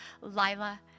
Lila